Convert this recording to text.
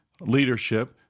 leadership